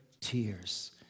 tears